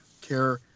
care